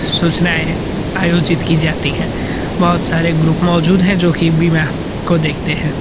सूचनाएं आयोजित की जाती हैं बहुत सारे ग्रुप मौजूद हैं जो कि बीमा को देखते हैं